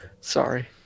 Sorry